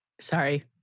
Sorry